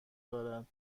دارد